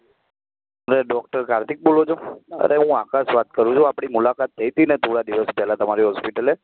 તમે ડૉક્ટર કાર્તિક બોલો છો અરે હું આકાશ વાત કરું છું આપણી મુલાકાત થઇ હતી ને થોડા દિવસ પહેલાં તમારી હૉસ્પિટલે